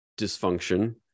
dysfunction